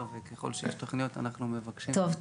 וככל שיש תוכניות אנחנו מבקשים --- טוב,